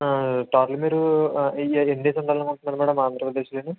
total మీరు ఎన్ని days ఉందామని అనుకుంటున్నారు మేడం ఆంధ్రప్రదేశ్లోని